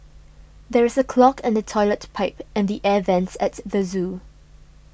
there is a clog in the Toilet Pipe and the Air Vents at the zoo